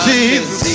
Jesus